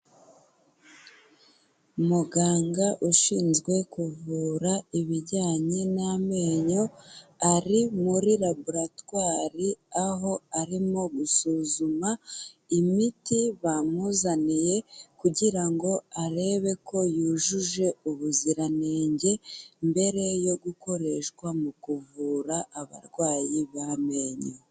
Muganga ushinzwe kuvura ibijyanye n'amenyo ari muri laboratwari, aho arimo gusuzuma imiti bamuzaniye kugira ngo arebe ko yujuje ubuziranenge, mbere yo gukoreshwa mu kuvura abarwayi b'amenyo.